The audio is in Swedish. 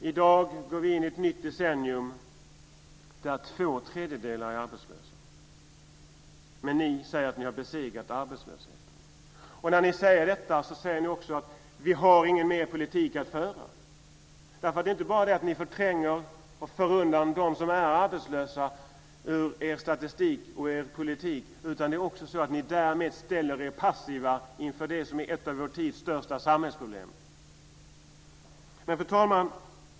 I dag när vi går in i ett nytt decennium är två tredjedelar arbetslösa, men ni säger att ni har besegrat arbetslösheten. När ni säger detta säger ni också: Vi har ingen mer politik att föra. Det är ju inte bara så att ni förtränger och för undan dem som är arbetslösa ur er statistik och er politik, utan det är också så att ni därmed ställer er passiva inför vad som är ett av vår tids största samhällsproblem. Fru talman!